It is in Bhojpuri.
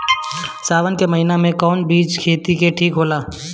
सावन के महिना मे कौन चिज के खेती ठिक होला?